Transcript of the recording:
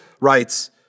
writes